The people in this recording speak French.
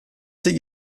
ces